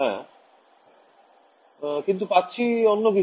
ছাত্র ছাত্রীঃ কিন্তু পাচ্ছি অন্যকিছু